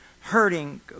hurting